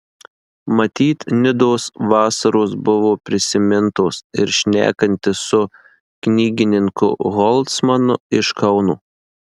matyt nidos vasaros buvo prisimintos ir šnekantis su knygininku holcmanu iš kauno